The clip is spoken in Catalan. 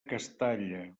castalla